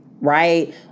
Right